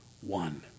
one